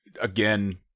again